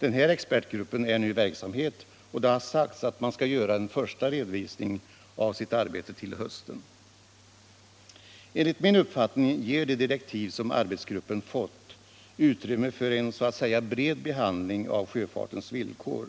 Expertgruppen är nu i verksamhet, och det har sagts att man skall göra en första redovisning av sitt arbete till hösten. Enligt min uppfattning ger de direktiv som arbetsgruppen fått utrymme för en så att säga bred behandling av sjöfartens villkor.